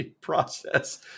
process